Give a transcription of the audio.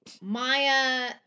Maya